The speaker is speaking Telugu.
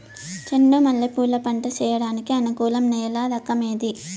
చెండు మల్లె పూలు పంట సేయడానికి అనుకూలం నేల రకం ఏది